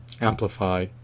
amplify